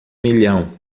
milhão